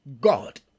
God